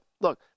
look